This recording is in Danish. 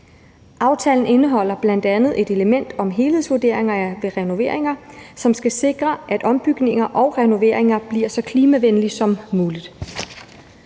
Aftalen indeholder bl.a. et element om helhedsvurderinger ved renoveringer, som skal sikre, at ombygninger og renoveringer bliver gjort så klimavenligt som muligt.